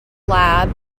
lab